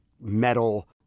metal